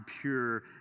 pure